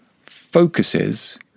focuses